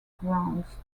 grounds